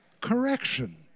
Correction